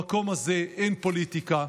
במקום הזה אין פוליטיקה.